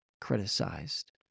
criticized